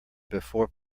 before